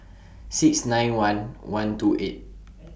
six nine one one two eight